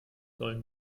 soll